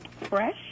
fresh